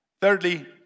Thirdly